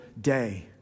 day